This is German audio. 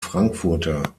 frankfurter